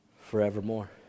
forevermore